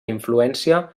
influència